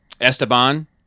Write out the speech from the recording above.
Esteban